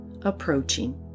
approaching